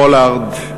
פולארד,